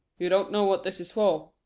you don't know what this is for,